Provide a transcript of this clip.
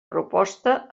proposta